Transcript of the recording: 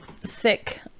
thick